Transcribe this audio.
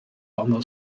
ongl